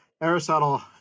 Aristotle